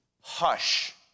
hush